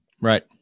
Right